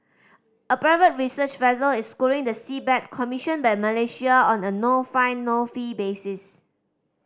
a private research vessel is scouring the seabed commissioned by Malaysia on a no find no fee basis